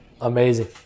amazing